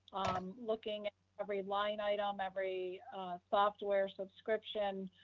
i'm looking every line item, every software subscription,